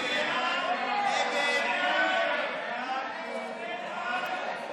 ההצעה להעביר לוועדה את הצעת חוק הסכמים לנשיאת עוברים (אישור